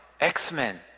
X-Men